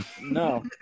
No